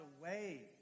away